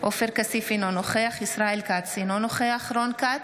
עופר כסיף, אינו נוכח ישראל כץ, אינו נוכח רון כץ,